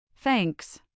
Thanks